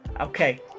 Okay